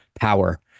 power